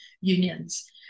unions